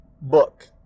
book